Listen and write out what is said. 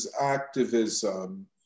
activism